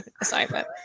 assignment